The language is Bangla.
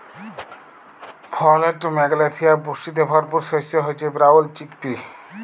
ফলেট, ম্যাগলেসিয়াম পুষ্টিতে ভরপুর শস্য হচ্যে ব্রাউল চিকপি